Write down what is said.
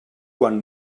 quan